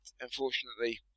unfortunately